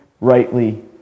rightly